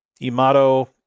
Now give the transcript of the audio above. imato